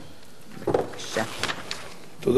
תודה לגברתי היושבת-ראש.